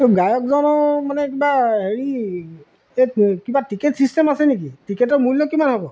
এই গায়কজনৰ মানে কিবা হেৰি এই কিবা টিকেট ছিষ্টেম আছে নেকি টিকেটৰ মূল্য কিমান হ'ব